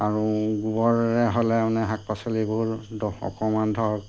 আৰু গোবৰে হ'লে মানে শাক পাচলিবোৰ অকণমান ধৰক